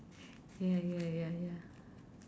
ya ya ya ya